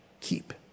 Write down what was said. keep